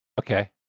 Okay